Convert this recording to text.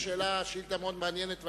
זו שאילתא מעניינת מאוד,